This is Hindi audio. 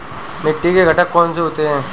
मिट्टी के घटक कौन से होते हैं?